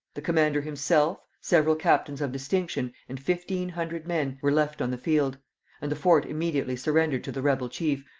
the commander himself, several captains of distinction and fifteen hundred men, were left on the field and the fort immediately surrendered to the rebel chief,